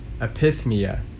epithmia